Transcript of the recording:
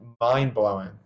mind-blowing